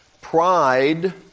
pride